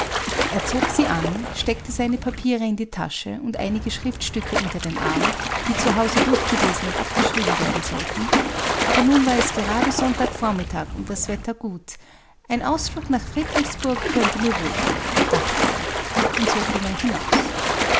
er zog sie an steckte seine papiere in die tasche und einige schriftstücke unter den arm die zu hause durchgelesen und abgeschrieben werden sollten aber nun war es gerade sonntag vormittag und das wetter gut ein ausflug nach friedrichsburg könnte mir wohlthun dachte er und so ging er hinaus